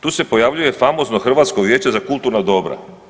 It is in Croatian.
Tu se pojavljuje famozno Hrvatsko vijeće za kulturna dobra.